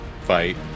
fight